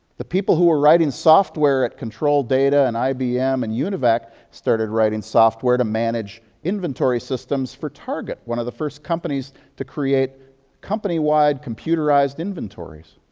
the people who were writing software at control data and ibm and univac started writing software to manage inventory systems for target, one of the first companies to create company-wide computerized inventories.